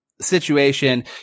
situation